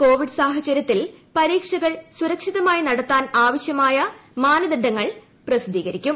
Covid സാഹചര്യത്തിൽ പരീക്ഷകൾ സുരക്ഷിതമായി നടത്താൻ ആവശ്യമായ മാനദണ്ഡങ്ങൾ പ്രസിദ്ധീകരിക്കും